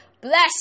bless